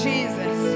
Jesus